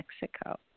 Mexico